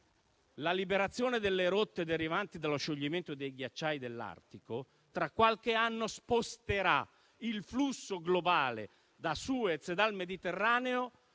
la liberazione delle rotte derivanti dallo scioglimento dei ghiacciai dell'Artico tra qualche anno sposterà il flusso globale da Suez e dal Mediterraneo